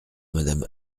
madame